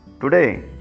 today